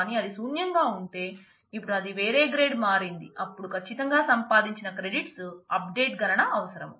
కానీ అది శూన్యం గా ఉంటే ఇప్పుడు అది వేరే గ్రేడ్ మారింది అప్పుడు ఖచ్చితంగా సంపాదించిన క్రెడిట్స్ అప్ డేట్ గణన అవసరం